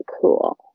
cool